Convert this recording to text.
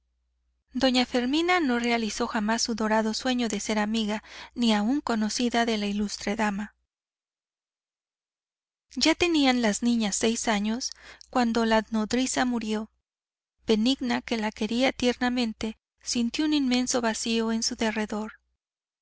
doña fermina no realizó jamás su dorado sueño de ser amiga ni aun conocida de la ilustre dama ya tenían las niñas seis años cuando la nodriza murió benigna que la quería tiernamente sintió un inmenso vacío en su derredor